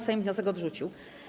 Sejm wniosek odrzucił.